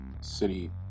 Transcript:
City